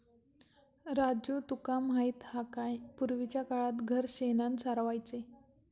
राजू तुका माहित हा काय, पूर्वीच्या काळात घर शेणानं सारवायचे